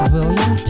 William